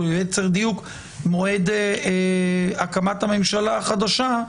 או ליתר דיוק מועד הקמת הממשלה החדשה,